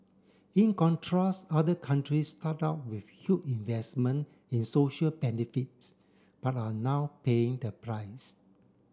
in contrast other countries start out with huge investment in social benefits but are now paying the price